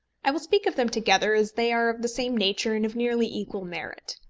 i will speak of them together, as they are of the same nature and of nearly equal merit.